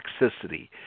toxicity